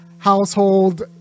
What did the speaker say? household